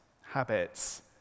habits